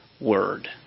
word